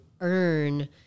earn